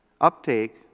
Uptake